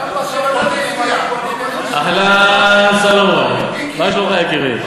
כמה שעולה, אהלן, סולומון, מה שלומך, יקירי?